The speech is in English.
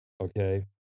okay